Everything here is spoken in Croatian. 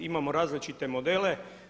Imamo različite modele.